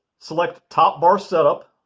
select top bar setup.